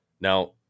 Now